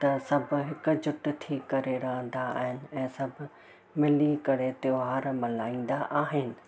त सभु हिकजुट थी करे रहंदा आहिनि ऐं सभु मिली करे त्यौहार मल्हाईंदा आहिनि